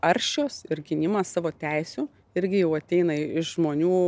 aršios ir gynimas savo teisių irgi jau ateina iš žmonių